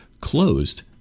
closed